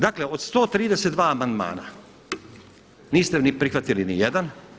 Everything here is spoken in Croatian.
Dakle, od 132 amandmana niste prihvatili nijedan.